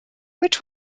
which